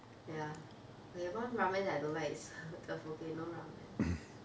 ya they have one ramen I don't like is the volcano ramen